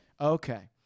Okay